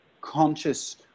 conscious